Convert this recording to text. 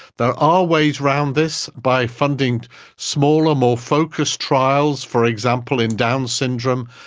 there are ways around this by funding smaller, more focused trials, for example in down syndrome.